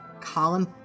Colin